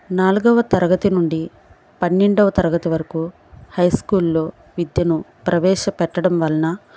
నాలుగవ తరగతి నుండి పన్నెండవ తరగతి వరకు హైస్కూల్లో విద్యను ప్రవేశపెట్టడం వలన